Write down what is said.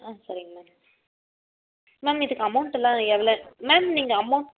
ஆ சரிங்க ma'am ma'am இதுக்கு அமௌண்ட்டுலாம் எவ்வளோ மேம் நீங்கள் அமௌண்ட்